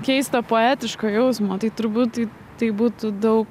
keisto poetiško jausmo tai turbūt tai būtų daug